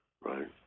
right